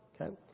Okay